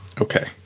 Okay